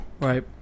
right